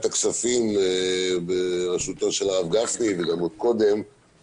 הכספים בראשותו של הרב גפני וגם עוד קודם,